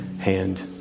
hand